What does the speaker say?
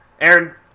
Aaron